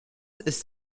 ist